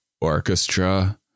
orchestra